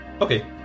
Okay